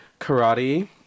karate